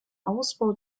ausbau